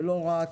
ולא רק,